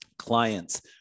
Clients